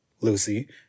Lucy